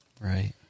Right